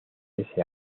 ese